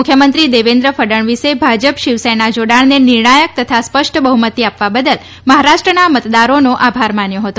મુખ્યમંત્રી દેવેન્દ્ર ફડણવીસે ભાજપ શિવસેના જોડાણને નિર્ણાયક તથા સ્પષ્ટ બહ્મતી આપવા બદલ મહારાષ્ટ્રના મતદારોનો આભાર માન્યો હતો